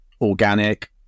organic